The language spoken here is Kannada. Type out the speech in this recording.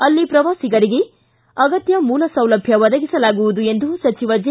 ಅಲ್ಲಿ ಪ್ರವಾಸಿಗರಿಗೆ ಅಗತ್ತ ಮೂಲಸೌಲಭ್ಯ ಒದಗಿಸಲಾಗುವುದು ಎಂದು ಸಚಿವ ಜೆ